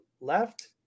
left